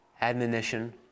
admonition